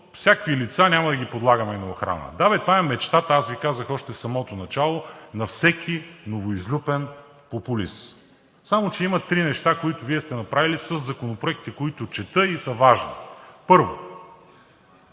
всякакви лица, няма да ги подлагаме на охрана. Да бе, това е мечтата, аз Ви казах още в самото начало, на всеки новоизлюпен популист. Само че има три неща, които Вие сте направили със законопроектите, които чета и са важни. Първо,